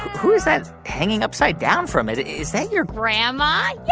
who's that hanging upside down from it? is that your. grandma? yeah.